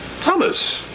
Thomas